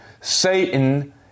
Satan